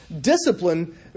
Discipline